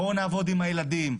בואו נעבוד עם הילדים,